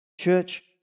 Church